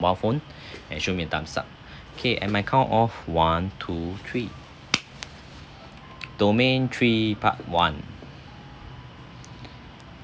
while phone and show me thumbs up K and my count of one two three domain three part one